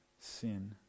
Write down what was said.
sin